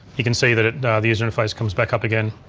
you can see that the user interface comes back up again.